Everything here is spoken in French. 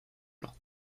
plans